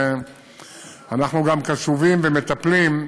ואנחנו גם קשובים ומטפלים,